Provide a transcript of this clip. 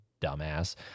dumbass